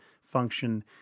function